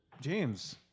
James